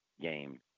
game